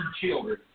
children